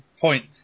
point